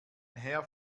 herr